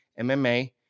MMA